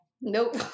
nope